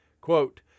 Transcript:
Quote